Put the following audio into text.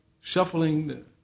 shuffling